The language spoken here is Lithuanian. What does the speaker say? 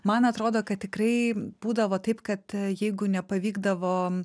man atrodo kad tikrai būdavo taip kad jeigu nepavykdavo